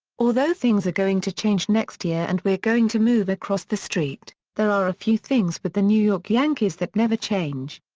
although things are going to change next year and we're going to move across the street, there are a few things with the new york yankees that never change.